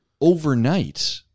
overnight